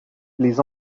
les